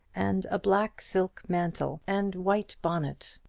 and a black silk mantle, and white bonnet,